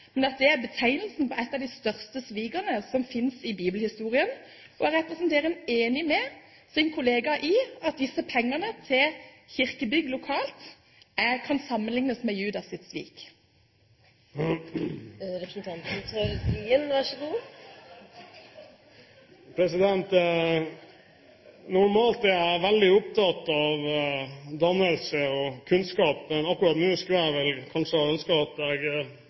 men at det er betegnelsen på et av de største svikene som finnes i bibelhistorien? Og er representanten enig med sin kollega i at disse pengene til kirkebygg lokalt kan sammenlignes med Judas’ svik? Normalt er jeg veldig opptatt av dannelse og kunnskap, men akkurat nå skulle jeg vel kanskje ha ønsket at jeg hadde mindre kunnskap om dette temaet enn jeg har. Jeg har vel også oppfattet at